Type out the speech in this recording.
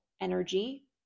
energy